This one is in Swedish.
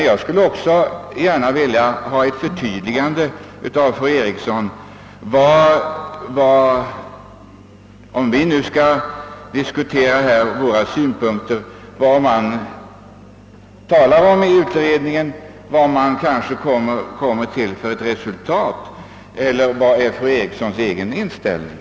Jag skulle också gärna vilja ha ett förtydligande av fru Eriksson, hennes synpunkter på utredningen och det resultat den kommer till. Vilken är fru Erikssons egen inställning?